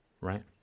Right